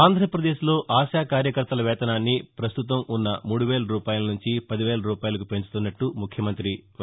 ఆంధ్రప్రదేశ్లో ఆశా కార్యకర్తల వేతనాన్ని ప్రస్తుతం పున్నమూడువేల రూపాయలనుంచి పదివేల రూపాయలకు పెంచుతున్నట్లు ముఖ్యమంతి వై